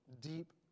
deep